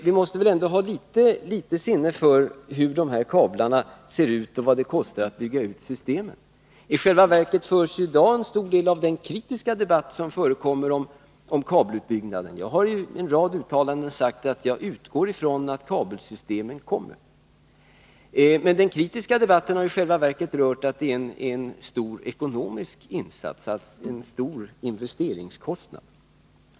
Vi måste ändå ha litet sinne för hur kablarna ser ut och vad det kostar att bygga ut systemet. I själva verket gäller i dag en stor del av den kritiska debatten just kabelutbyggnaden. Jag hari en rad uttalanden sagt att jag utgår ifrån att kabelsystemen kommer, men i den kritiska debatten har det framhållits att det skulle komma att röra sig om en stor investeringskostnad.